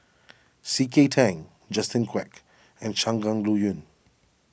C K Tang Justin Quek and Shangguan Liuyun